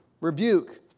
Rebuke